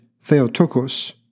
Theotokos